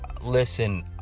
listen